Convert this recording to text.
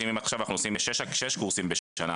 אם עכשיו אנחנו עושים שישה קורסים בשנה,